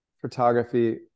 Photography